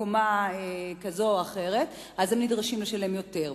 בקומה זו או אחרת, הן שנדרשות לשלם יותר.